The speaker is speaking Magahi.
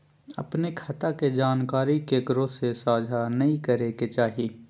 अपने खता के जानकारी केकरो से साझा नयय करे के चाही